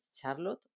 Charlotte